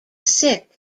sick